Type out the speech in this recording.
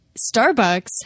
Starbucks